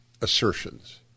assertions